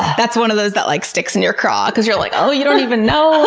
that's one of those that like sticks in your craw, cause you're like, oh, you don't even know.